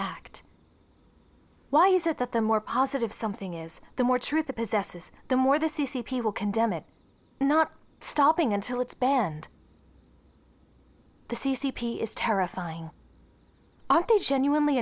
act why is it that the more positive something is the more true the possesses the more the c c p will condemn it not stopping until it's banned the c c p is terrifying aren't they genuinely